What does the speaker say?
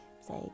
say